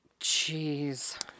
Jeez